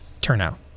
turnout